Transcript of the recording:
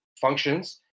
functions